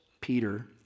Peter